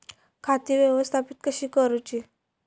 खाती व्यवस्थापित कशी करूची?